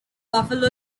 buffalo